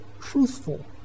truthful